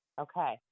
Okay